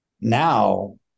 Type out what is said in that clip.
Now